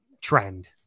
trend